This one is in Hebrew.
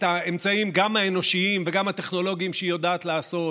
האמצעים גם האנושיים וגם הטכנולוגיים שהיא יודעת להפעיל,